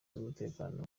z’umutekano